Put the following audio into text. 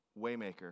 Waymaker